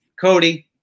Cody